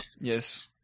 Yes